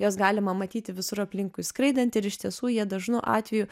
juos galima matyti visur aplinkui skraidant ir iš tiesų jie dažnu atveju